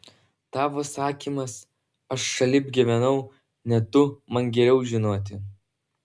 tavo sakymas aš šalip gyvenau ne tu man geriau žinoti